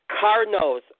Cardinals